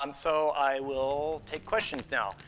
um so i will take questions now.